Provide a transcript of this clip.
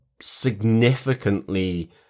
significantly